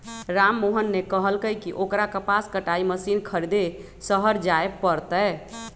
राममोहन ने कहल कई की ओकरा कपास कटाई मशीन खरीदे शहर जाय पड़ तय